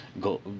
go